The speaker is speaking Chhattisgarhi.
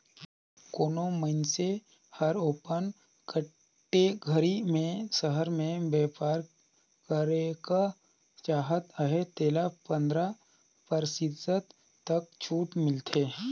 कोनो मइनसे हर ओपन कटेगरी में सहर में बयपार करेक चाहत अहे तेला पंदरा परतिसत तक छूट मिलथे